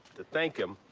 to thank him,